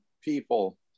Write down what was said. people